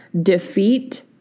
defeat